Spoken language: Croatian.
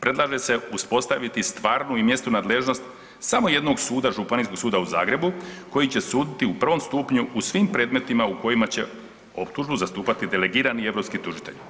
Predlaže se uspostaviti stvarnu i mjesnu nadležnost samo jednog suda županijskog suda u Zagrebu koji će suditi u prvom stupnju u svim predmetima u kojima će optužbu zastupati delegirani europski tužitelji.